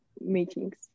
meetings